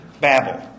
Babel